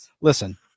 Listen